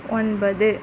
ஒன்பது